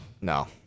No